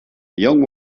young